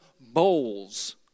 bowls